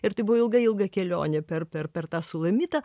ir tai buvo ilga ilga kelionė per ar per tą sulamitą